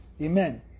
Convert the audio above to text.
Amen